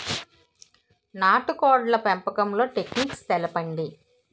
నాటుకోడ్ల పెంపకంలో టెక్నిక్స్ తెలుపండి?